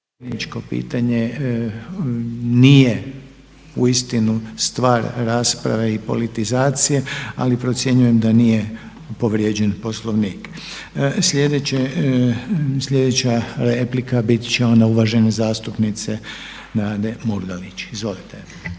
pitanje nije uistinu stvar rasprave i politizacije. Ali procjenjujem da nije povrijeđen Poslovnik. Sljedeća replika bit će ona uvažene zastupnice Nade Murganić. Izvolite.